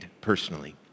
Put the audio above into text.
personally